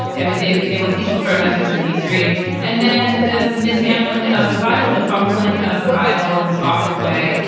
i mean, they they were peaceful protesters in the extreme and then the mishandling of the bible, the fumbling of the bible in this awkward way,